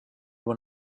when